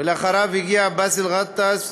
ולאחריו הגיע באסל גטאס,